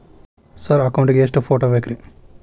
Sir account ಗೇ ಎಷ್ಟು photo ಬೇಕ್ರಿ?